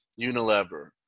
Unilever